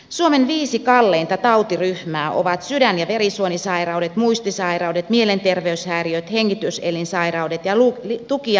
suomen viisi kalleinta tautiryhmää ovat sydän ja verisuonisairaudet muistisairaudet mielenterveyshäiriöt hengityselinsairaudet ja tuki ja liikuntaelinsairaudet